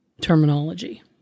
terminology